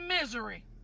misery